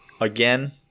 again